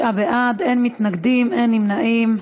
29 בעד, אין מתנגדים, אין נמנעים.